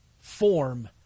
form